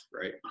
Right